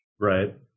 Right